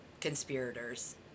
conspirators